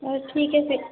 ارے ٹھیک ہے پھر